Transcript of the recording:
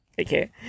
Okay